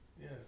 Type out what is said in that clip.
Yes